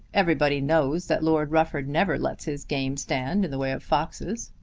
everybody knows that lord rufford never lets his game stand in the way of foxes.